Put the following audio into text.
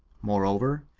moreover,